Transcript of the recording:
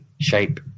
shape